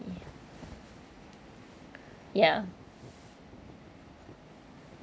ya